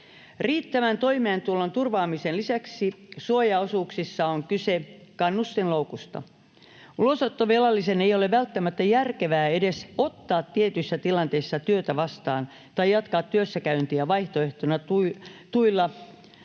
Riittävän toimeentulon turvaamisen lisäksi suojaosuuksissa on kyse kannustinloukusta. Ulosottovelallisen ei ole välttämättä järkevää edes ottaa tietyissä tilanteissa työtä vastaan tai jatkaa työssäkäyntiä vaihtoehtona tuilla